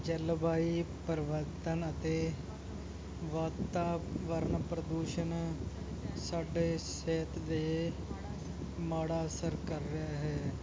ਜਲਵਾਯੂ ਪਰਿਵਰਤਨ ਅਤੇ ਵਾਤਾਵਰਨ ਪ੍ਰਦੂਸ਼ਣ ਸਾਡੇ ਸਿਹਤ ਦੇ ਮਾੜਾ ਅਸਰ ਕਰ ਰਿਹਾ ਹੈ